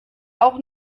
auch